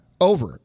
over